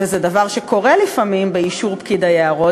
וזה דבר שקורה לפעמים באישור פקיד היערות,